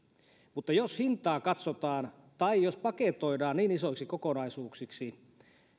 mutta jos hintaa katsotaan tai jos paketoidaan niin isoiksi kokonaisuuksiksi